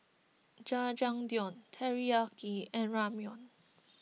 Jajangmyeon Teriyaki and Ramyeon